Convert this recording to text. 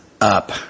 up